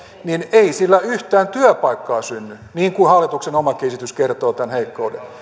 ei sillä yhtään työpaikkaa synny niin kuin hallituksen omakin esitys kertoo tämän heikkouden